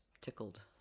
tickled